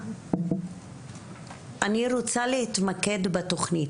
אני רוצה להתמקד בתכנית.